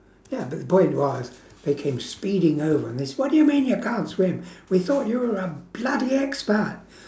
ya the they came speeding over and they s~ what you mean you can't swim we thought you were a bloody expert